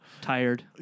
tired